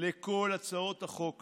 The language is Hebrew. לכל הצעות החוק האלה,